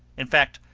in fact,